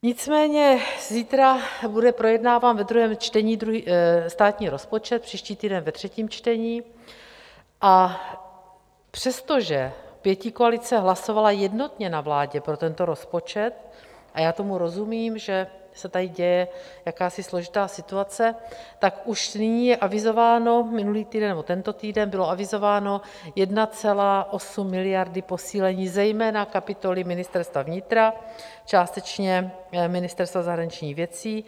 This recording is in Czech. Nicméně zítra bude projednáván ve druhém čtení státní rozpočet, příští týden ve třetím čtení, a přestože pětikoalice hlasovala jednotně na vládě pro tento rozpočet, a já tomu rozumím, že se tady děje jakási složitá situace, tak už nyní je avizováno, minulý týden nebo tento týden bylo avizováno, 1,8 miliardy posílení zejména kapitoly Ministerstva vnitra, částečně Ministerstva zahraničních věcí.